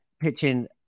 pitching